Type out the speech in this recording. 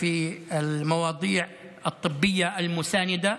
מקצועות פארה-רפואיים.